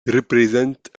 représente